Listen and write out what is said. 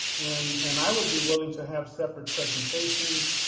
and and i would be willing to have separate presentations.